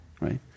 Right